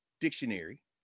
dictionary